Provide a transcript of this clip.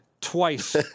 twice